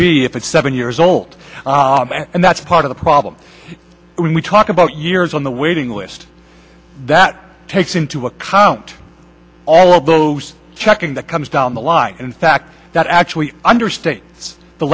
be if it's seven years old and that's part of the problem when we talk about years on the waiting list that takes into account all of those checking that comes down the line in fact that actually understates the